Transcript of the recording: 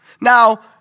Now